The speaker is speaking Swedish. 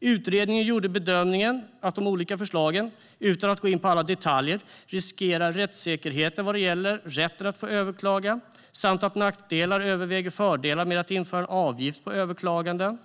Utredningen gjorde bedömningen att de olika förslagen, utan att gå in på alla detaljer, riskerar rättssäkerheten vad gäller rätten att få överklaga samt att nackdelarna överväger fördelarna med att införa en avgift för överklaganden.